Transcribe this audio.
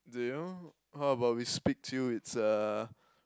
do you how about we speak to you it's a